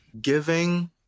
giving